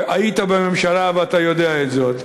היית בממשלה, ואתה יודע זאת.